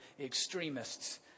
extremists